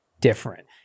different